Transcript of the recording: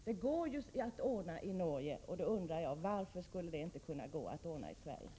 Det går ju att ordna i Norge, och jag undrar varför det inte skulle kunna gå att ordna i Sverige.